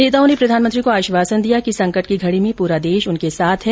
नेताओं ने प्रधानमंत्री को आश्वासन दिया कि संकट की घड़ी में पूरा देश उनके साथ है